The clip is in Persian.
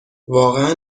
واقعا